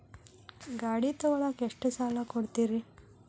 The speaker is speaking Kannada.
ಗಾಡಿ ತಗೋಳಾಕ್ ಎಷ್ಟ ಸಾಲ ಕೊಡ್ತೇರಿ?